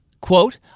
quote